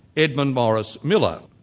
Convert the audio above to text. edmund morris miller.